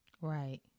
Right